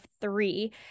three